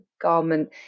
garment